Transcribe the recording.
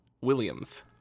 Williams